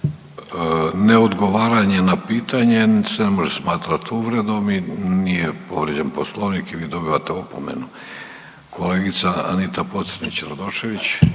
Ne odgovaranje na pitanje se ne može smatrati uvredom i nije povrijeđen Poslovnik i vi dobivate opomenu. Kolegica Anita Pocrnić-Radošević.